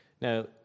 Now